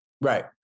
Right